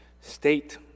state